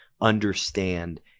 understand